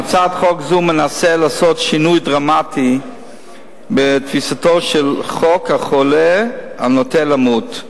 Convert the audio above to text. הצעת חוק זו מנסה לעשות שינוי דרמטי בתפיסתו של חוק החולה הנוטה למות,